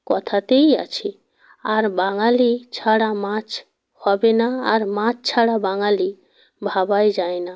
কথাতেই আছে আর বাঙালি ছাড়া মাছ হবে না আর মাছ ছাড়া বাঙালি ভাবাই যায় না